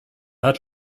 hat